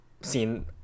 seen